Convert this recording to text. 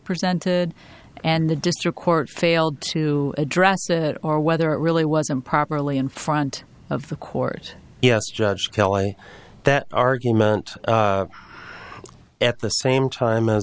presented and the district court failed to address it or whether it really was improperly in front of the court judge kelly that argument at the same time